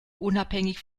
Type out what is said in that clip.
unabhängig